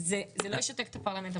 שיתוף פעולה, זה לא ישתק את הפרלמנט.